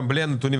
גם בלי הנתונים,